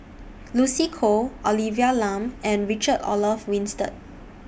Lucy Koh Olivia Lum and Richard Olaf Winstedt